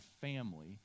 family